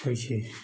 ହୋଇଛି